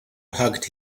hugged